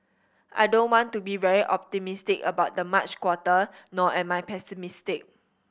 I don't want to be very optimistic about the March quarter nor am I pessimistic